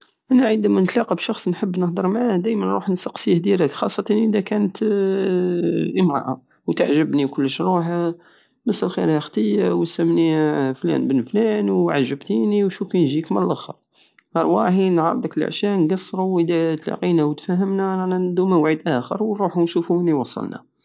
اما عندما نلتقى بشخص نحب نهدر معاه نروح نسقسيه ديراكت خاصتا ادا كانت امرأة وتعجبني وكلش نروح مسالخير ختي وسمني فلان بن فلان وعجبتيني وشوفي نجيك مللخر ارواحي نعرضك للعشى نقسرو وادا تلاقينا وتفاهمنا ندو موعد اخر ونروحو ونشوفو وين يوصلنا